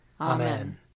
Amen